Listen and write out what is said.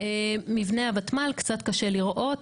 מבנה הוותמ"ל קצת קשה לראות,